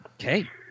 Okay